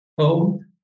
home